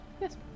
yes